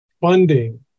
funding